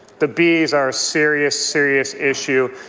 the bees are a serious, serious issue.